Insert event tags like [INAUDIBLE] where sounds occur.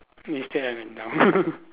will still up and down [LAUGHS]